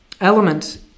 element